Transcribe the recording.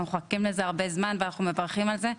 אנחנו מחכים לזה הרבה זמן ואנחנו מברכים על זה,